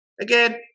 Again